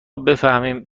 بفهمیم